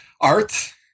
art